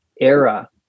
era